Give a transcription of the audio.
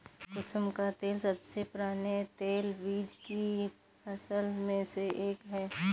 कुसुम का तेल सबसे पुराने तेलबीज की फसल में से एक है